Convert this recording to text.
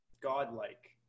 God-like